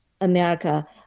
America